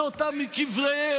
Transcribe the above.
אפשרה להוציא אותם מקבריהם.